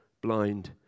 blind